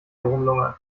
herumlungern